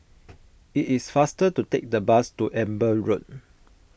it is faster to take the bus to Amber Road